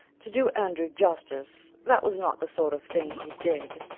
to do andrew justice, that was not the sort of thing he did.